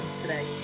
today